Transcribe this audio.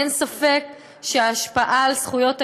אין ספק שההשפעה של החוק הזה על זכויות הילד,